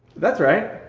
that's right.